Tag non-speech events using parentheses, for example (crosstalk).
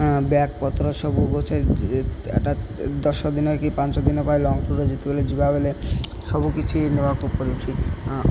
bag ପତ୍ର ସବୁ (unintelligible) ଦଶ ଦିନ କି ପାଞ୍ଚ ଦିନ ପାଇଁ ଲଙ୍ଗ୍ ଟୁର୍ରେ ଯେତେବେଳେ ଯିବା ବଳେ ସବୁ କିିଛି ନେବାକୁ ପଡ଼ିଛି